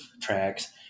tracks